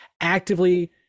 actively